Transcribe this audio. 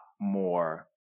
more